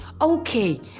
Okay